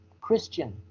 Christian